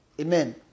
Amen